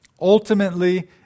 Ultimately